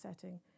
setting